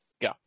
go